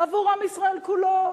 עבור עם ישראל כולו.